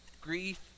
Grief